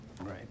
Right